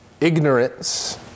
Ignorance